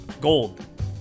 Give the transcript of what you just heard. gold